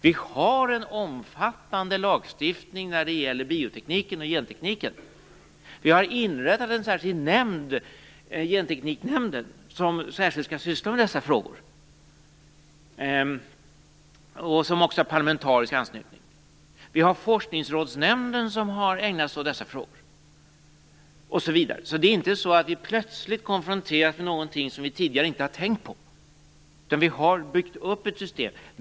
Vi har en omfattande lagstiftning när det gäller biotekniken och gentekniken. Vi har inrättat en särskild nämnd, Gentekniknämnden, som särskilt skall syssla med dessa frågor och som också har parlamentarisk anslutning. Vi har Forskningsrådsnämnden som har ägnat sig åt dessa frågor osv. Det är inte så att vi plötsligt konfronteras med någonting som vi tidigare inte har tänkt på. Vi har byggt upp ett system.